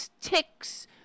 ticks